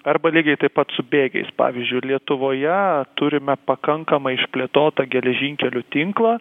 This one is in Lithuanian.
arba lygiai taip pat su bėgiais pavyzdžiui lietuvoje turime pakankamai išplėtotą geležinkelių tinklą